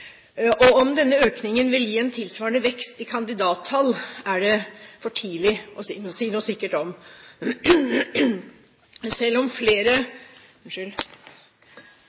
Om denne økningen vil gi en tilsvarende vekst i kandidattall er det for tidlig å si noe sikkert om.